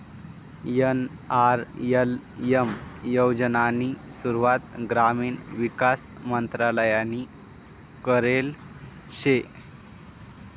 NRLM योजनानी सुरुवात ग्रामीण विकास मंत्रालयनी करेल शे